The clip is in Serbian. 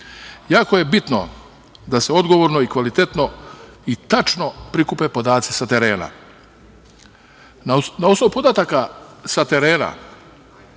je bitno da se odgovorno, kvalitetno i tačno prikupe podaci sa terena. Na osnovu podataka sa terena